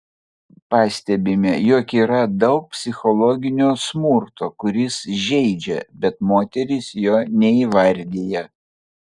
pastebime jog yra daug psichologinio smurto kuris žeidžia bet moterys jo neįvardija